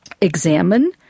examine